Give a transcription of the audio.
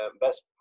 best